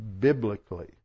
biblically